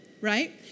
Right